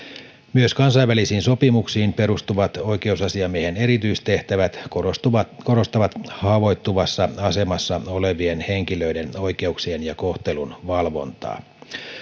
myös kansainvälisiin sopimuksiin perustuvat oikeusasiamiehen erityistehtävät korostavat korostavat haavoittuvassa asemassa olevien henkilöiden oikeuksien ja kohtelun valvontaa